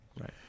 Right